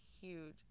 huge